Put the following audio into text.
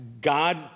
God